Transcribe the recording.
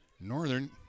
Northern